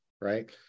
Right